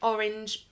Orange